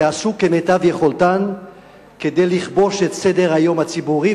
שעשו כמיטב יכולתן לכבוש את סדר-היום הציבורי,